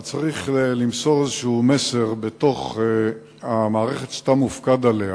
אבל צריך למסור איזה מסר בתוך המערכת שאתה מופקד עליה,